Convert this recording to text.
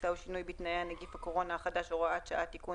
טיסה או שינוי בתנאיה) (נגיף הקורונה החדש הוראת שעה תיקון),